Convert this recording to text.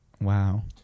Wow